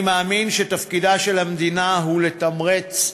אני מאמין שתפקידה של המדינה הוא לתמרץ,